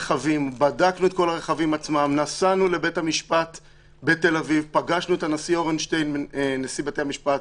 אני בדקתי כי שמעתי ממשרד המשפטים שיש פנייה כזו ומהנהלת בתי המשפט.